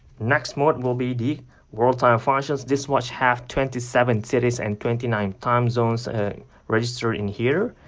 next mode will be the world time functions, this watch have twenty seven cities and twenty nine time zones registered in here,